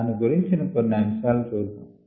దాని గురించిన కొన్ని అంశాలు చూద్దాం